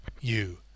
You